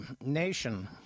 nation